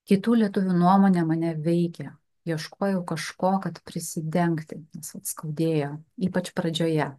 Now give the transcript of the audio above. kitų lietuvių nuomonė mane veikia ieškojau kažko kad prisidengti visad skaudėjo ypač pradžioje